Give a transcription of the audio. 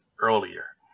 earlier